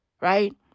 right